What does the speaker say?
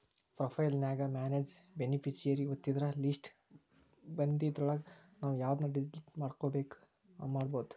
profile ನ್ಯಾಗ manage beneficiary ಒತ್ತಿದ್ರ list ಬನ್ದಿದ್ರೊಳಗ ನಾವು ಯವ್ದನ್ನ ಡಿಲಿಟ್ ಮಾಡ್ಬೆಕೋ ಮಾಡ್ಬೊದು